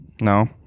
no